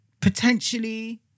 potentially